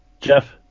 Jeff